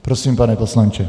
Prosím, pane poslanče.